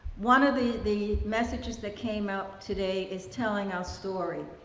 one of the the messages that came out today is, telling our story.